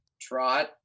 trot